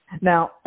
Now